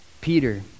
Peter